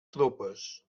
tropes